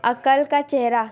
अकल का चेहरा